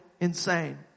insane